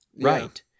right